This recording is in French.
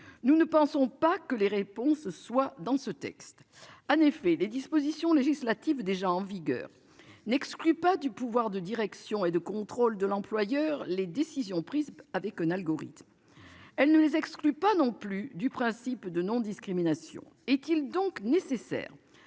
nous ne pensons pas que les réponses soient dans ce texte, un effet les dispositions législatives, déjà en vigueur n'exclut pas du pouvoir de direction et de contrôle de l'employeur. Les décisions prises avec un algorithme. Elle ne les exclut pas non plus du principe de non-discrimination est-il donc nécessaire